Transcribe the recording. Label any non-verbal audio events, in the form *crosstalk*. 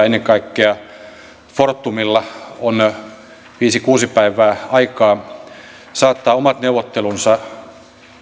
*unintelligible* ennen kaikkea fortumilla on viisi kuusi päivää aikaa saattaa omat neuvottelunsa